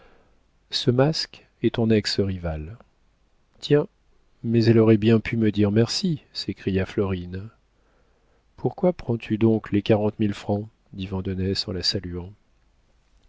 ce masque est ton ex rivale tiens mais elle aurait bien pu me dire merci s'écria florine pourquoi prends-tu donc les quarante mille francs dit vandenesse en la saluant